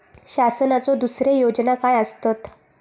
शासनाचो दुसरे योजना काय आसतत?